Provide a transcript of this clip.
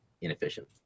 inefficient